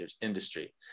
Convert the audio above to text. industry